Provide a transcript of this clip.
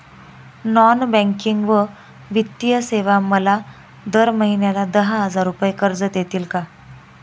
Non banking व वित्तीय सेवा मला दर महिन्याला दहा हजार रुपये कर्ज देतील का?